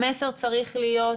המסר צריך להיות,